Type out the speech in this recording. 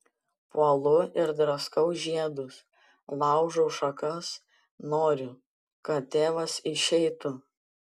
puolu ir draskau žiedus laužau šakas noriu kad tėvas išeitų